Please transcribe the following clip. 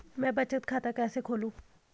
मैं बचत खाता कैसे खोलूँ?